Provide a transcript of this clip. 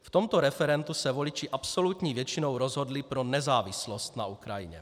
V tomto referendu se voliči absolutní většinou rozhodli pro nezávislost na Ukrajině.